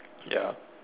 ya